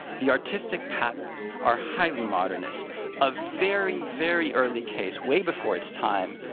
the artistic patterns are highly modernist a very, very early case, way before its time,